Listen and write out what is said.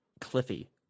cliffy